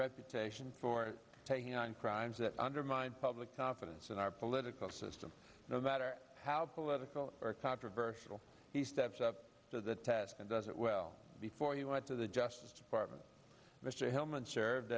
reputation for taking on crimes that undermine public confidence in our political system no matter how political or controversial he steps up to the task and does it well before he went to the justice department mr hellman served